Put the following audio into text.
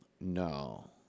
No